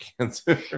cancer